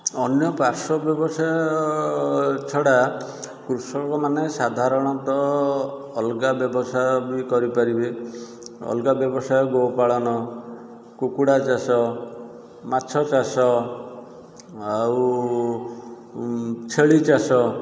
ଅନ୍ୟ ପାର୍ଶ୍ୱ ବ୍ୟବସାୟ ଛଡ଼ା କୃଷକମାନେ ସାଧାରଣତଃ ଅଲଗା ବ୍ୟବସାୟ ବି କରିପାରିବେ ଅଲଗା ବ୍ୟବସାୟ ଗୋପାଳନ କୁକଡ଼ା ଚାଷ ମାଛ ଚାଷ ଆଉ ଛେଳି ଚାଷ